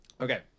Okay